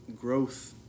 growth